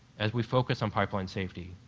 as we focus on pipeline safety,